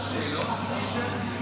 לפיד יוצא.